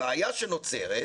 הבעיה שנוצרת,